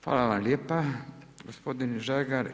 Hvala vam lijepa, gospodine Žagar.